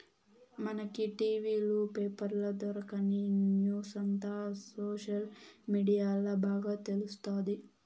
మనకి టి.వీ లు, పేపర్ల దొరకని న్యూసంతా సోషల్ మీడియాల్ల బాగా తెలుస్తాది